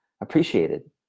appreciated